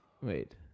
Wait